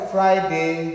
Friday